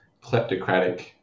kleptocratic